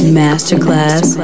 masterclass